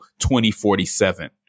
2047